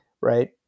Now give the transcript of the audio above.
right